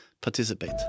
participate